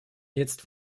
jetzt